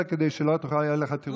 אני עוצר, כדי שלא יהיו לך תירוצים.